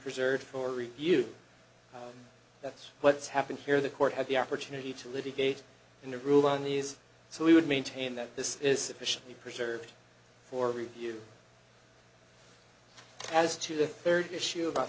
preserved for review that's what's happened here the court had the opportunity to litigate and to rule on these so we would maintain that this is sufficiently preserved for review as to the third issue about